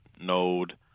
node